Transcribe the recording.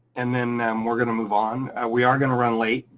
and then we're gonna move on, we are gonna run late,